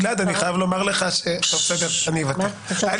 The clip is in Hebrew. גלעד, אני חייב לומר לך --- אני פה --- עכשיו